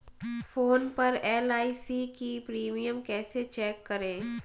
Phone पर LIC का premium कैसे चेक करें?